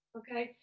okay